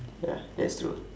ya that's true ah